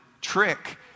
trick